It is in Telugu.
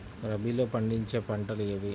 రబీలో పండించే పంటలు ఏవి?